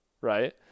Right